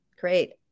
Great